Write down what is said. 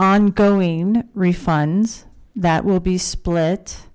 ongoing refunds that would be split